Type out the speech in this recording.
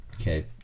Okay